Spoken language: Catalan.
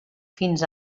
fins